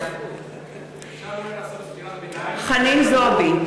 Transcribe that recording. חנין זועבי,